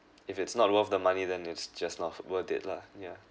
if it's not worth the money then it's just not worth it lah yeah